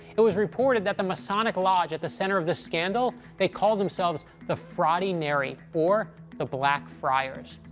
it was reported that the masonic lodge at the center of this scandal, they called themselves the frati neri, or the black friars.